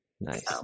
Nice